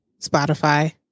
Spotify